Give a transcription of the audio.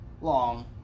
long